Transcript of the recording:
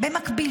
במקביל,